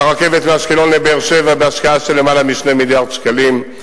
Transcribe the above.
על הרכבת מאשקלון לבאר-שבע בהשקעה של למעלה מ-2 מיליארד שקלים,